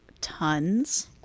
tons